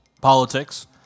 politics